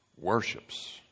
worships